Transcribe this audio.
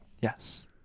Yes